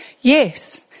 yes